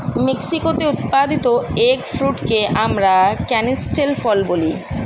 মেক্সিকোতে উৎপাদিত এগ ফ্রুটকে আমরা ক্যানিস্টেল ফল বলি